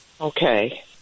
Okay